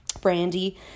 Brandy